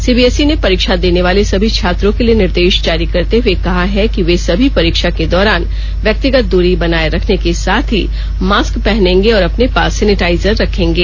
CBSE ने परीक्षा देने वाले सभी छात्रों के लिए निर्देश जारी करते हुए कहा है कि वे सभी परीक्षा के दौरान व्यक्तिगत दूरी बनाए रखने के साथ ही मास्क पहनेंगे और ॅअपने पास सेनेटाइजर रखेंगे